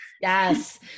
Yes